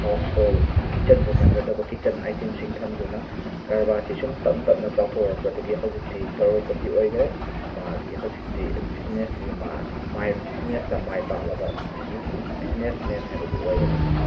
house hall ꯀꯤꯆꯟꯗ ꯆꯪꯒꯗꯕ kitchen ꯑꯥꯏꯇꯦꯝꯁꯤꯡ ꯊꯝꯗꯨꯅ ꯀꯔꯕꯥꯔꯁꯤ ꯁꯨꯝ ꯇꯞꯅ ꯇꯞꯅ ꯆꯥꯎꯊꯣꯔꯛꯄꯗꯒꯤ ꯍꯧꯖꯤꯛꯇꯤ ꯀꯔꯣꯔ ꯄꯥꯇꯤ ꯑꯣꯏꯈ꯭ꯔꯦ ꯃꯥꯗꯤ ꯍꯧꯖꯤꯛꯇꯤ ꯕꯤꯖꯤꯅꯦꯁ ꯁꯤꯗꯤ ꯃꯥ ꯃꯥꯏ ꯕꯤꯖꯤꯅꯦꯁꯇ ꯃꯥꯏ ꯄꯥꯛꯂꯕ ꯕꯤꯖꯤꯅꯦꯁ ꯃꯦꯟ ꯍꯥꯏꯕꯗꯨ ꯑꯣꯏꯔꯦ ꯍꯧꯖꯤꯛꯇꯤ